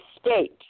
state